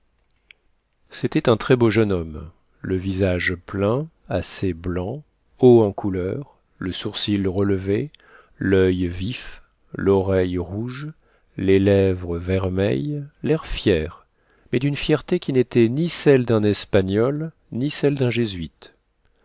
c'était un très beau jeune homme le visage plein assez blanc haut en couleur le sourcil relevé l'oeil vif l'oreille rouge les lèvres vermeilles l'air fier mais d'une fierté qui n'était ni celle d'un espagnol ni celle d'un jésuite